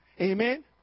Amen